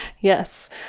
Yes